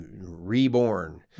reborn